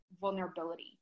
vulnerability